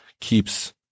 keeps